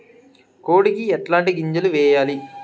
కోడికి ఎట్లాంటి గింజలు వేయాలి?